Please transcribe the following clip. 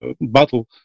battle